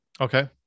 Okay